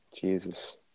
Jesus